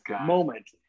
moment